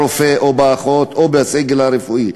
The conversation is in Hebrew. ברופא, באחות או בסגל הרפואי.